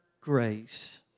grace